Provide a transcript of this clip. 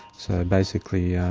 so basically,